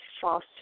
false